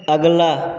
अगला